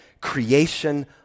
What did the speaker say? creation